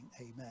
amen